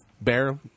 Bear